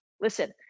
Listen